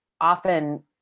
often